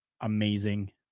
amazing